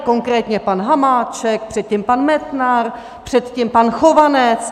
Konkrétně pan Hamáček, předtím pan Metnar, předtím pan Chovanec.